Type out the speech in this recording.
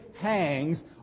hangs